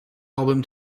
album